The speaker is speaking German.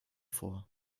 vor